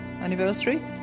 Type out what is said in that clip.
anniversary